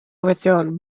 overthrown